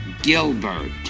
Gilbert